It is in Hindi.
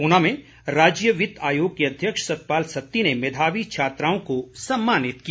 ऊना में राज्य वित्त आयोग के अध्यक्ष सतपाल सत्ती ने मेधावी छात्राओं को सम्मानित किया